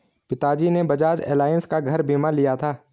पिताजी ने बजाज एलायंस का घर बीमा लिया था